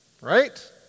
Right